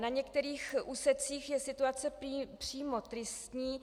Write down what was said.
Na některých úsecích je situace přímo tristní.